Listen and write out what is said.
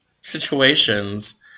situations